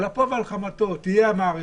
על אפו ועל חמתו תהיה המערכת,